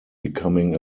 becoming